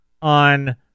On